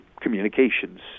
communications